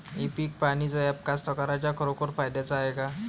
इ पीक पहानीचं ॲप कास्तकाराइच्या खरोखर फायद्याचं हाये का?